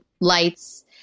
lights